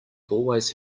always